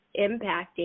impacting